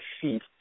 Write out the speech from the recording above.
feet